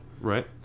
Right